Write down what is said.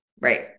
Right